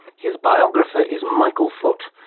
his biographer is michael foot,